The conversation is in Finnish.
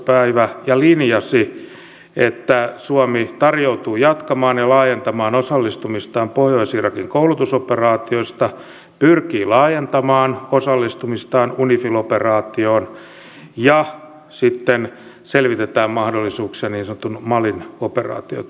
päivä ja linjasi että suomi tarjoutuu jatkamaan ja laajentamaan osallistumistaan pohjois irakin koulutusoperaatioihin pyrkii laajentamaan osallistumistaan unifil operaatioon ja sitten selvitetään mahdollisuuksia niin sanotun malin operaatiotunnin jälkeen